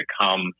come